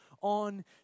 on